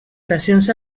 pressions